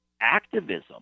activism